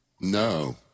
No